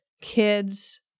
kids